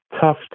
tough